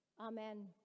amen